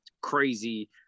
crazy